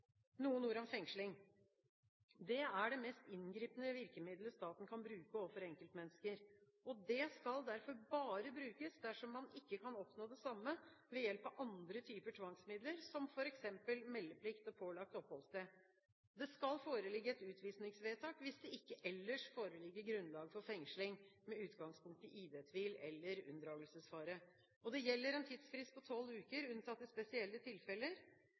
Noen ord om fengsling: Det er det mest inngripende virkemidlet staten kan bruke overfor enkeltmennesker. Det skal derfor bare brukes dersom man ikke kan oppnå det samme ved hjelp av andre typer tvangsmidler, som f.eks. meldeplikt og pålagt oppholdssted. Det skal foreligge et utvisningsvedtak hvis det ikke ellers foreligger grunnlag for fengsling med utgangspunkt i ID-tvil eller unndragelsesfare. Det gjelder en tidsfrist på tolv uker, unntatt i spesielle tilfeller,